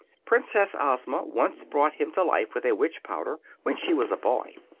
princess ozma once brought him to life with a witch-powder, when she was a boy.